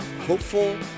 hopeful